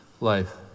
Life